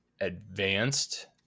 Advanced